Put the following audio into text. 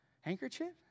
handkerchief